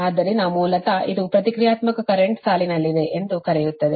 ಆದ್ದರಿಂದ ಮೂಲತಃ ಇದು ಪ್ರತಿಕ್ರಿಯಾತ್ಮಕ ಕರೆಂಟ್ ಸಾಲಿನಲ್ಲಿದೆ ಎಂದು ಕರೆಯುತ್ತದೆ